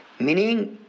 Meaning